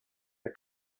the